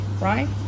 right